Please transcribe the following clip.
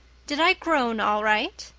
did i groan all right?